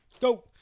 go